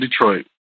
Detroit